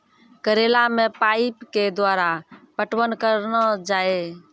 करेला मे पाइप के द्वारा पटवन करना जाए?